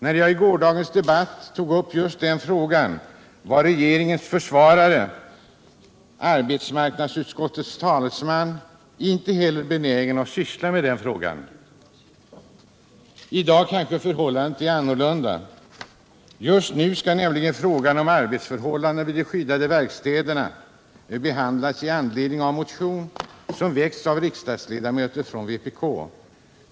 När jag i gårdagens debatt tog upp just den frågan var regeringens försvarare, arbetsmarknadsutskottets talesman, inte heller benägen att syssla med den. I dag kanske förhållandet är annorlunda. Just nu skall nämligen frågan om arbetsförhållandena vid de skyddade verkstäderna behandlas i anslutning till en motion som väckts av riksdagsledamöter från vpk.